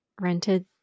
rented